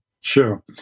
Sure